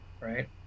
right